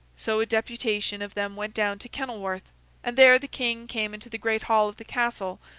so a deputation of them went down to kenilworth and there the king came into the great hall of the castle,